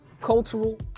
cultural